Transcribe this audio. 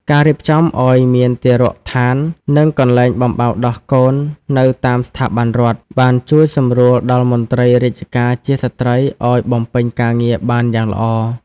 ការរៀបចំឱ្យមានទារកដ្ឋាន និងកន្លែងបំបៅដោះកូននៅតាមស្ថាប័នរដ្ឋ បានជួយសម្រួលដល់មន្ត្រីរាជការជាស្ត្រីឱ្យបំពេញការងារបានយ៉ាងល្អ។